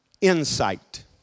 insight